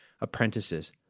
apprentices